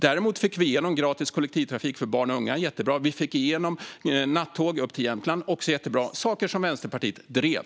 Däremot fick vi igenom gratis kollektivtrafik för barn och unga, jättebra, och nattåg upp till Jämtland, också jättebra - saker som Vänsterpartiet drev.